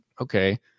okay